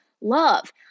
love